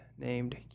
named